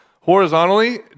horizontally